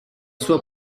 sua